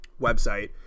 website